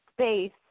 space